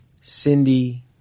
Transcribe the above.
Cindy